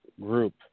group